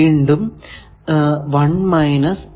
വീണ്ടും 1 മൈനസ് ഈ